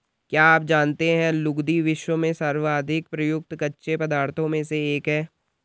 क्या आप जानते है लुगदी, विश्व में सर्वाधिक प्रयुक्त कच्चे पदार्थों में से एक है?